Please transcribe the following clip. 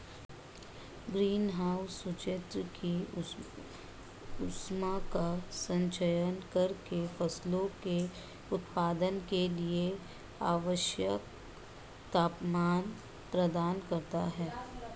green house सूर्य की ऊष्मा का संचयन करके फसलों के उत्पादन के लिए आवश्यक तापमान प्रदान करता है